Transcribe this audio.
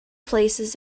places